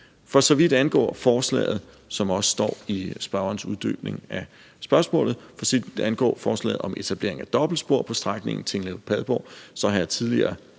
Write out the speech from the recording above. For så vidt angår forslaget, som også står i spørgerens uddybning af spørgsmålet, altså for så vidt angår forslaget om etableringen af dobbeltspor på strækningen mellem Tinglev og Padborg,